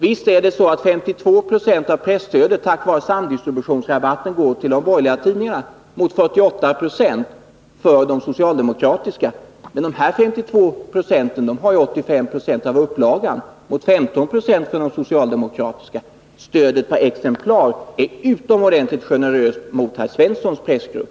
Visst är det så att 52 20 av presstödet tack vare samdistributionsrabatten går till de borgerliga tidningarna mot 48 9 till de socialdemokratiska. Men dessa 52 20 har ju 85 20 av upplagan mot de socialdemokratiska tidningarnas 15 26. Stödet per exemplar är utomordentligt generöst inom herr Svenssons pressgrupp.